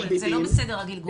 באמת, זה לא בסדר הגלגול הזה.